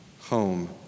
home